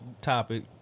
topic